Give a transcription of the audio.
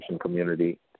community